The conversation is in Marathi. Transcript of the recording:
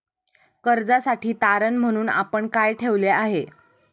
कर्जासाठी तारण म्हणून आपण काय ठेवले आहे?